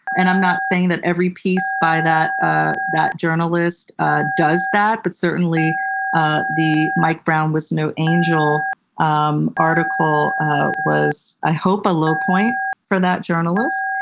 and i'm not saying that every piece by that ah that journalist does that, but certainly ah the mike brown was no angel um article was, i hope, a low point for that journalist.